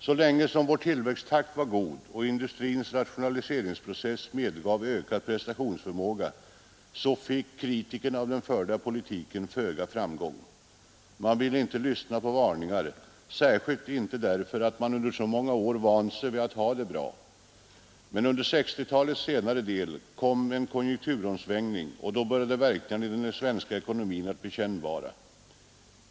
Så länge som vår tillväxttakt var god och industrins rationaliseringsprocess medgav ökad prestationsförmåga fick kritikerna av den förda politiken föga framgång. Man ville inte lyssna på varningar, särskilt inte därför att man under så många år vant sig vid att ha det bra. Men under 1960-talets senare del kom en konjunkturomsvängning, och då började verkningarna i den svenska ekonomin att bli kännbara.